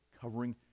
covering